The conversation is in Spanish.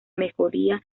mejoría